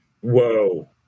Whoa